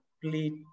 complete